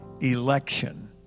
election